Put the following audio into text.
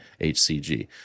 HCG